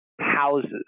houses